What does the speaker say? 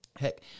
Heck